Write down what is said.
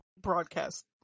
broadcast